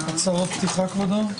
הנושא שלנו היום הוא פרק י"א (הפחתת רגולציה)